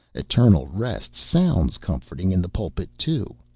eternal rest sounds comforting in the pulpit, too.